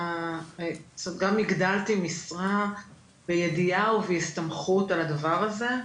גם הגדלתי משרה בידיעה ובהסתמכות על הדבר הזה,